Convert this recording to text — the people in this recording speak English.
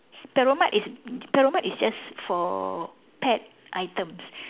perromart is perromart is just for pet items